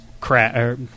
crap